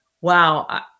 wow